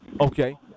Okay